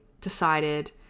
decided